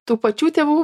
tų pačių tėvų